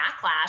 backlash